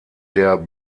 der